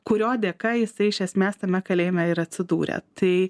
kurio dėka jisai iš esmės tame kalėjime ir atsidūrė tai